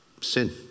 sin